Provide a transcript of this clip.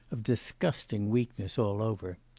of disgusting weakness all over.